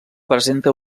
presenta